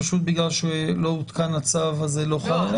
פשוט בגלל שלא הותקן הצו אז זה לא חל?